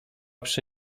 przy